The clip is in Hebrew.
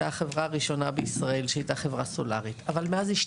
יש לה חברה כלכלית; יהיה לה אותו תאגיד עירוני,